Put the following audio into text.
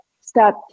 step